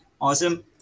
awesome